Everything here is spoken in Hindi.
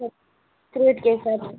सब फ्रूट के हिसाब से